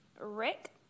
Rick